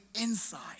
inside